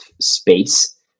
space